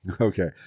okay